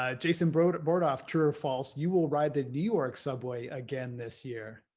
ah jason brodeur board off true or false you will ride the new york subway again this year.